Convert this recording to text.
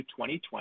2020